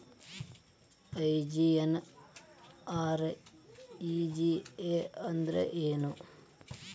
MGNREGA ಅಂದ್ರೆ ಏನು?